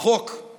בחוק